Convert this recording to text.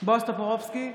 בועז טופורובסקי,